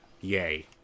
Yay